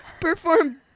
perform